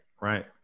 right